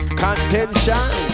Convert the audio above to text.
contention